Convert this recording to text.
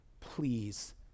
Please